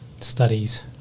studies